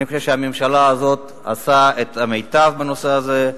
אני חושב שהממשלה הזאת עושה את המיטב בנושא הזה,